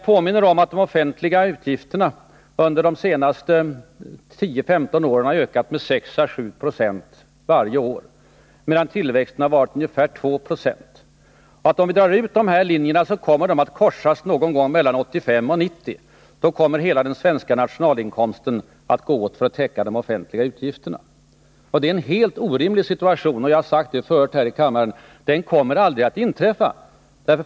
De offentliga utgifterna har under de senaste tio femton åren ökat med 6 å 7 90 varje år, medan tillväxten har varit ungefär 2 90. Om vi drar ut dessa linjer, kommer de att korsas någon gång mellan 1985 och 1990. Då skulle hela den svenska nationalinkomsten gå åt för att täcka de offentliga utgifterna. Det vore en helt orimlig situation, och jag har tidigare i denna kammare sagt att den aldrig kommer att inträffa.